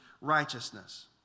righteousness